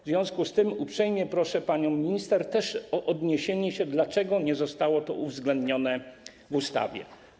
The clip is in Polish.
W związku z tym też uprzejmie proszę panią minister o odniesienie się do tego, dlaczego nie zostało to uwzględnione w ustawie.